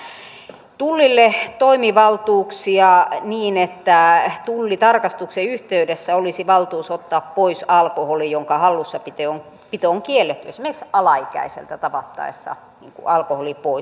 tässähän ehdotetaan tullille toimivaltuuksia niin että tullitarkastuksen yhteydessä olisi valtuus ottaa pois alkoholi jonka hallussapito on kielletty esimerkiksi alaikäiseltä tavattaessa alkoholi pois